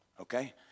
Okay